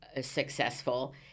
successful